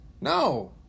No